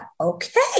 okay